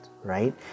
Right